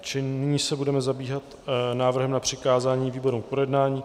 Čili nyní se budeme zabývat návrhem na přikázání výborům k projednání.